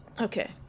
Okay